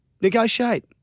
negotiate